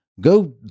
go